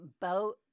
boat